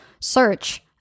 search